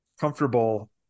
comfortable